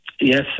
Yes